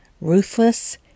ruthless